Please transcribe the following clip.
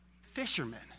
fishermen